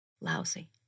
lousy